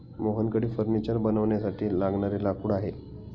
मोहनकडे फर्निचर बनवण्यासाठी लागणारे लाकूड आहे